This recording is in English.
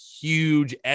huge